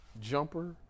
jumper